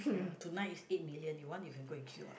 ya tonight is eight million you want you can go and queue up